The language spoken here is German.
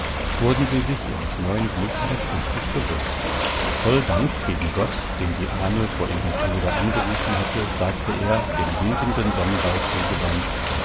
wurden sie sich ihres neuen glücks erst richtig bewußt voll dank gegen gott den die ahnl vor ihrem tode angerufen hatte sagte er dem sinkenden sonnenball zugewandt